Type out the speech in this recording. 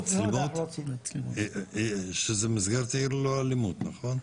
זה במסגרת עיר ללא אלימות, נכון?